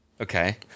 Okay